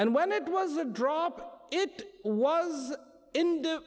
and when it was a drop it was in the